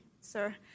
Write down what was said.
sir